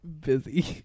busy